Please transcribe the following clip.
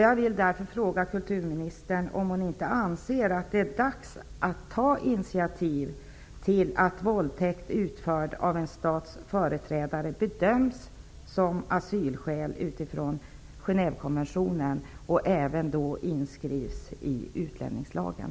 Jag vill därför fråga: Anser inte kulturministern att det är dags att ta initiativ till att våldtäkt utförd av en stats företrädare skall bedömas som asylskäl utifrån Genèvekonventionen och att detta även skall skrivas in i utlänningslagen?